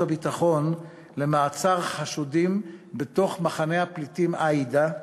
הביטחון למעבר חשודים בתוך מחנה הפליטים אלעאידה,